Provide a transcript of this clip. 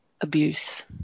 abuse